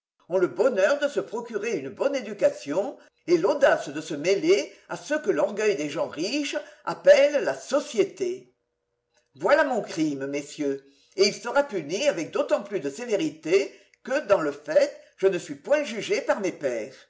ont le bonheur de se procurer une bonne éducation et l'audace de se mêler à ce que l'orgueil des gens riches appelle la société voilà mon crime messieurs et il sera puni avec d'autant plus de sévérité que dans le fait je ne suis point jugé par mes pairs